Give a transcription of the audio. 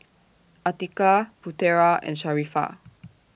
Atiqah Putera and Sharifah